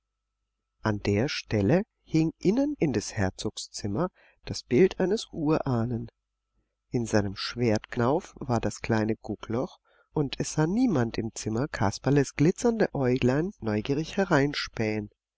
an der stelle hing innen in des herzogs zimmer das bild eines urahnen in seinem schwertknauf war das kleine guckloch und es sah niemand im zimmer kasperles glitzernde äuglein neugierig